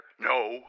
No